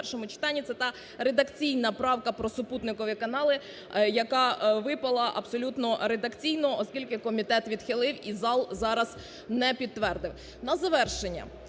На завершення.